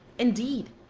indeed,